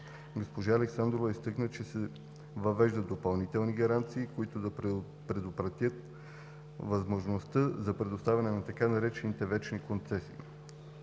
Госпожа Александрова изтъкна, че се въвеждат допълнителни гаранции, които да предотвратят възможността за предоставяне на така наречените „вечни концесии“: